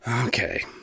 Okay